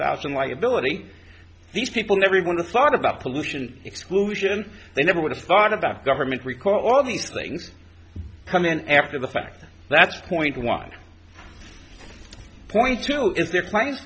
thousand liability these people never even thought about pollution exclusion they never would have thought about government recall all these things come in after the fact that's point one point two is the